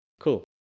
Cool